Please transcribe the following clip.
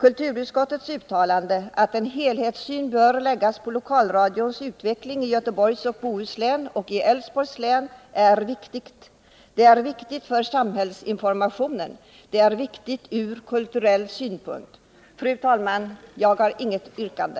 Kulturutskottets uttalande att en helhetssyn bör läggas på lokalradions utveckling i Göteborgs och Bohus län och i Älvsborgs län är viktigt. Det är viktigt för samhällsinformationen, det är viktigt från kulturell synpunkt. Fru talman! Jag har inget yrkande.